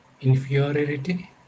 Inferiority